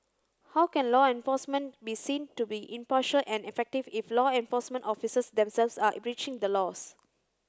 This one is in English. how can law enforcement be seen to be impartial and effective if law enforcement officers themselves are breaching the laws